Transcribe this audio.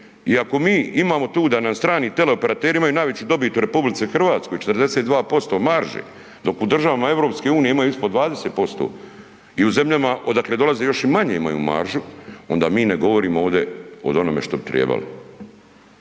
ako mi imamo tu da nam strani teleoperateri imaju najveću dobit u RH 42% marže, dok u državama EU imaju ispod 20% i u zemljama odakle dolaze još i manje imaju maržu onda mi ne govorimo ovdje o onome što bi trebalo.